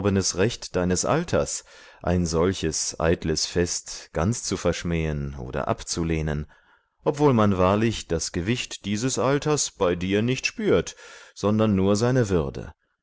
recht deines alters ein solches eitles fest ganz zu verschmähen und abzulehnen obwohl man wahrlich das gewicht dieses alters bei dir nicht spürt sondern nur seine würde